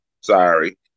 Sorry